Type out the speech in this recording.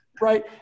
Right